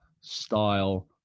style